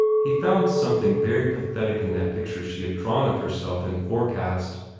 he found something very pathetic in that picture she had drawn of herself in forecast,